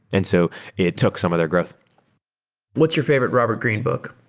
and so it took some of their growth what's your favorite robert greene book?